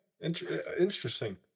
Interesting